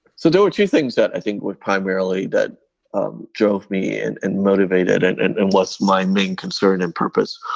so there were two things that i think were primarily that um drove me and and motivated and and and was my main concern and purpose.